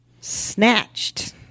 Snatched